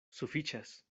sufiĉas